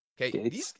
Okay